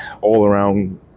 all-around